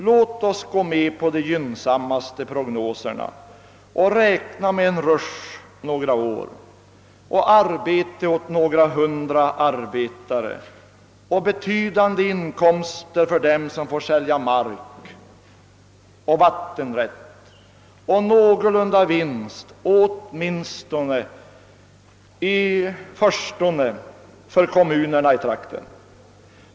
Låt oss gå med på de gynnsammaste prognoserna och räkna med en rush några år, arbete åt några hundra människor, betydande inkomster för dem som får sälja mark och vattenrätt och någorlunda tillfredsställande vinst, åtminstone i förstone, för kommunerna i trakten!